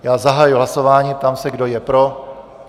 Já zahajuji hlasování a ptám se, kdo je pro.